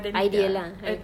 ideal lah eh